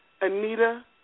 Anita